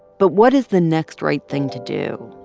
but what is the next right thing to do?